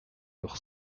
leur